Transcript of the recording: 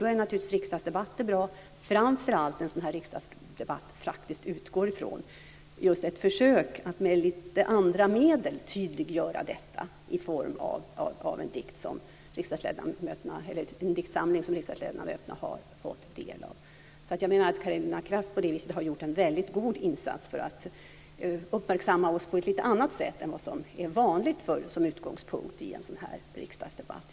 Då är naturligtvis riksdagsdebatter bra, framför allt när en sådan riksdagsdebatt faktiskt utgår från ett försök att med lite andra medel tydliggöra detta i form av en diktsamling som riksdagsledamöterna har fått del av. Jag menar att Karolina Kraft på det viset har gjort en god insats för att uppmärksamma oss på ett lite annorlunda sätt än vad som är vanligt som utgångspunkt i en sådan här riksdagsdebatt.